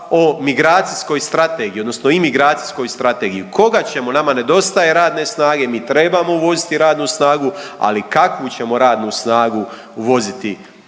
o migracijskoj strategiji odnosno imigracijskoj strategiji, koga ćemo, nama nedostaje radne snage, mi trebamo uvoziti radnu snagu, ali kakvu ćemo radnu snagu uvoziti u